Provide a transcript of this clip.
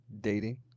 Dating